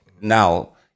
Now